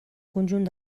conjunt